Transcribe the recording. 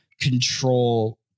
control